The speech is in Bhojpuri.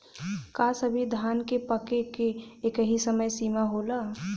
का सभी धान के पके के एकही समय सीमा होला?